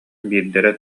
биирдэрэ